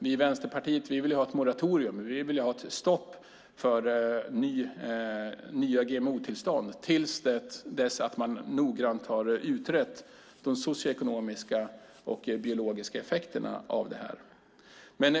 Vi i Vänsterpartiet vill ha ett moratorium, ett stopp, för nya GMO-tillstånd till dess att de socioekonomiska och biologiska effekterna har utretts noggrant.